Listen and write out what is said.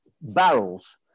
barrels